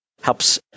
helps